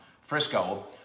Frisco